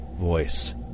voice